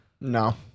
No